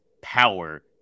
power